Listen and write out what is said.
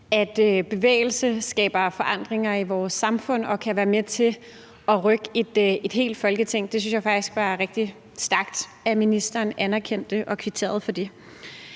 at bevægelse skaber forandringer i vores samfund og kan være med til at rykke et helt Folketing. Jeg synes faktisk, det var rigtig stærkt, at ministeren anerkendte og kvitterede for det.